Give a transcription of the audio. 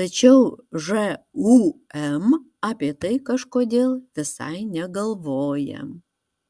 tačiau žūm apie tai kažkodėl visai negalvoja